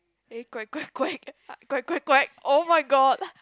eh quack quack quack quack quack quack oh-my-god